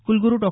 कुलगुरू डॉ